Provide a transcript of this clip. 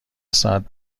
ساعت